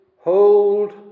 hold